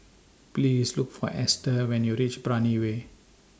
Please Look For Ester when YOU REACH Brani Way